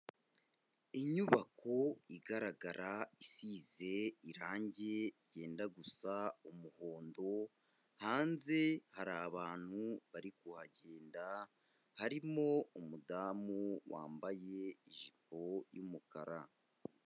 Inyubako igaragara, isize irang ryenda gusa umuhondo, hanze hari abantu bari kuhagenda, harimo umudamu wambaye ijipo y'umukara.